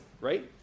right